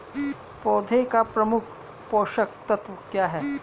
पौधे का मुख्य पोषक तत्व क्या हैं?